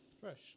fresh